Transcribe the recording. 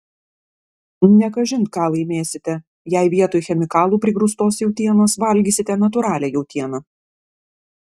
ne kažin ką laimėsite jei vietoj chemikalų prigrūstos jautienos valgysite natūralią jautieną